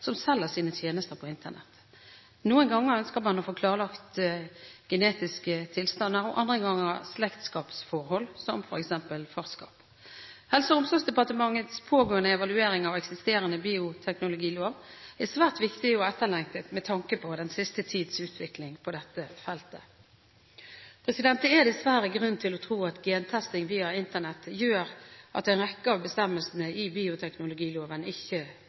som selger sine tjenester på Internett. Noen ganger ønsker man å få klarlagt genetiske tilstander og andre ganger slektskapsforhold, som f.eks. farskap. Helse- og omsorgsdepartementets pågående evaluering av eksisterende bioteknologilov er svært viktig og etterlengtet med tanke på den siste tids utvikling på dette feltet. Det er dessverre grunn til å tro at gentesting via Internett gjør at en rekke av bestemmelsene i bioteknologiloven ikke